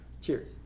cheers